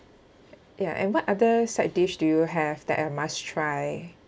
ya and what other side dish do you have that I must try